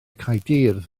caerdydd